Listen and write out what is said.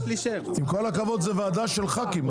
עם כל הכבוד, זו ועדה של ח"כים.